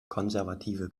konservative